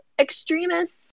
extremists